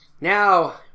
Now